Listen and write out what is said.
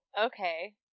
okay